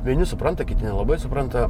vieni supranta kiti nelabai supranta